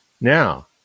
Now